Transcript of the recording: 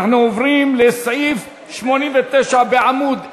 אנחנו עוברים לסעיף 89 בעמוד 1337,